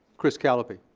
chris calliope.